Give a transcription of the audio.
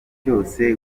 cyose